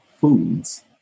foods